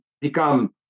become